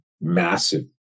massive